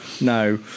no